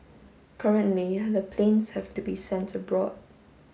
currently the planes have to be sent abroad